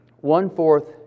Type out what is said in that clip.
one-fourth